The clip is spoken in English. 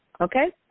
Okay